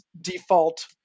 default